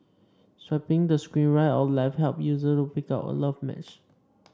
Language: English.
swiping the screen right or left helps users pick out a love match